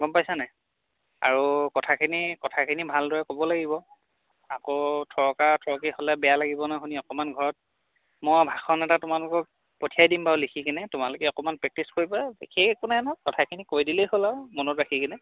গম পাইছা নাই আৰু কথাখিনি কথাখিনি ভালদৰে ক'ব লাগিব আকৌ থৰকা থৰকী হ'লে বেয়া লাগিব নহয় শুনি অকণমান ঘৰত মই ভাষণ এটা তোমালোকক পঠিয়াই দিম বাৰু লিখি কিনে তোমালোকে অকণমান প্ৰেক্টিছ কৰিবা বিশেষ একো নাই ন কথাখিনি কৈ দিলেই হ'ল আৰু মনত ৰাখি কিনে